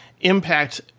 impact